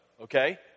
Okay